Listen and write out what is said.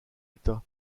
état